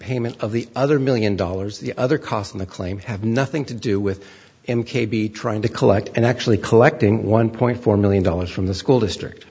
payment of the other million dollars the other cost in the claims have nothing to do with him k b trying to collect and actually collecting one point four million dollars from the school district